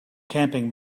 camping